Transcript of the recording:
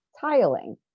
tiling